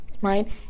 right